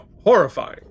horrifying